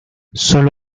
solo